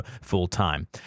full-time